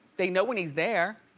they know when he's there.